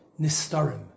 nistarim